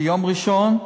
ביום ראשון,